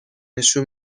نشون